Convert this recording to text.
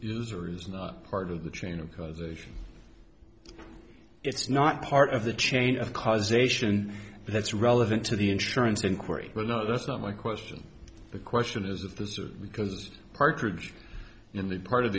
user is not part of the chain of causation it's not part of the chain of causation that's relevant to the insurance inquiry or not that's not my question the question is of the sort because partridge in the part of